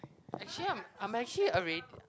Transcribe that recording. actually I'm I'm actually already